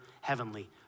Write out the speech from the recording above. Heavenly